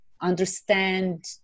understand